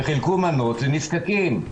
וחילקו מנות לנזקקים.